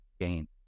gain